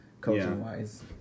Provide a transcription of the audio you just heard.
coaching-wise